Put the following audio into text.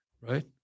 right